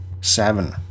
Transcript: seven